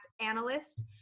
analyst